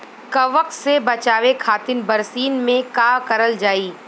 कवक से बचावे खातिन बरसीन मे का करल जाई?